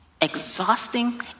exhausting